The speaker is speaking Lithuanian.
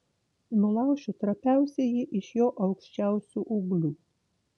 nulaušiu trapiausiąjį iš jo aukščiausių ūglių